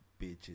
bitches